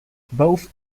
both